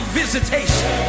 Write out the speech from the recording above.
visitation